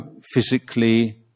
physically